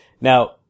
Now